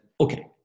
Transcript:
okay